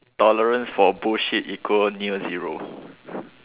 tolerance for bullshit equal near zero